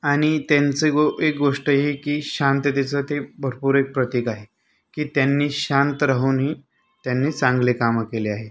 आणि त्यांचं गो एक गोष्ट आहे की शांततेचं ते भरपूर एक प्रतीक आहे की त्यांनी शांत राहूनही त्यांनी चांगले कामं केले आहेत